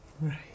Right